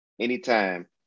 anytime